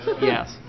Yes